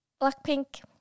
Blackpink